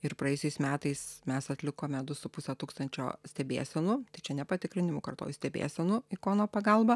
ir praėjusiais metais mes atlikome du su puse tūkstančio stebėsenų tai čia ne patikrinimų kartoju stebėsenų ikono pagalba